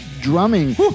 drumming